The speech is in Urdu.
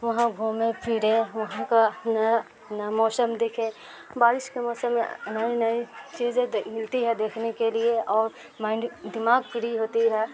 وہاں گھومے پھرے وہاں کا نیا نیا موسم دکھے بارش کے موسم میں نئی نئی چیزیں ملتی ہے دیکھنے کے لیے اور مائنڈ دماغ فری ہوتی ہے